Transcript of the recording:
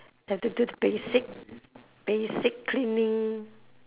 have to do the basic basic cleaning